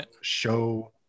show